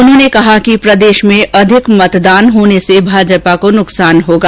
उन्होंने कहा कि प्रदेश में अधिक मतदान होने से भाजपा को नुकसान होगा